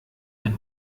ein